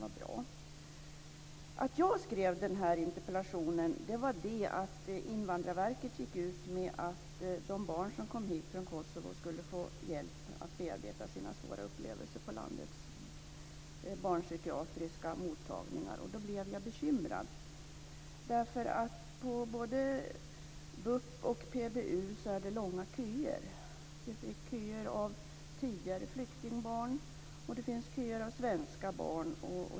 Skälet till att jag skrev den här interpellationen var att Invandrarverket gått ut om att barn som kom hit från Kosovo skulle på landets barnpsykiatriska mottagningar få hjälp med att bearbeta sina svåra upplevelser. Jag blev då bekymrad därför att det är långa köer till både BUP och PBU - köer av tidigare flyktingbarn och köer av svenska barn.